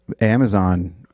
Amazon